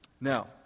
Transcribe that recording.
Now